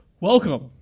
Welcome